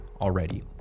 already